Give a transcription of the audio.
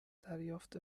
دریافت